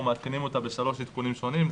אנחנו מעדכנים אותה בשלוש עדכונים שונים,